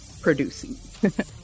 producing